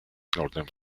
northern